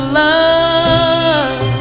love